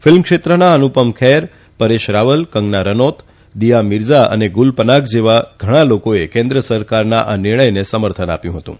film ક્ષેત્રના અનુપમ ખેર પરેશ રાવલ કંગના રનૌત દિયા મીરઝા ગુલ પનાગ જેવા ઘણા લોકોએ કેન્દ્ર સરકારના આ નિર્ણયને સમર્થન આપ્યું હતું